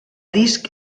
disc